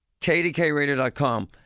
kdkradio.com